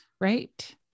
right